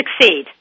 succeed